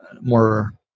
more